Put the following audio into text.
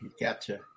Gotcha